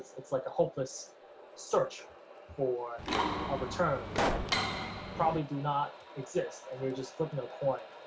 it's like a hopeless search for ah returns that probably do not exist, and you're just flipping a coin,